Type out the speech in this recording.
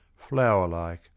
Flower-like